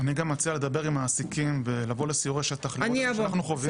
אני גם מציע לדבר עם מעסיקים ולבוא לסיורי שטח לראות מה שאנחנו חווים,